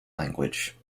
language